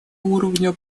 уровня